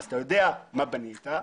אתה יודע מה בנית,